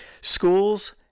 schools